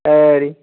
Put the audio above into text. खरी